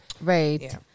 Right